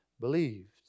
believed